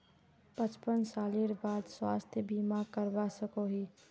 पचपन सालेर बाद स्वास्थ्य बीमा करवा सकोहो ही?